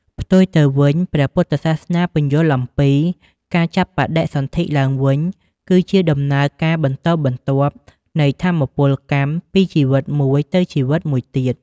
ផ្ទុយទៅវិញ ព្រះពុទ្ធសាសនាពន្យល់អំពី "ការចាប់បដិសន្ធិឡើងវិញ" គឺជាដំណើរការបន្តបន្ទាប់នៃថាមពលកម្មពីជីវិតមួយទៅជីវិតមួយទៀត។